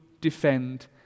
defend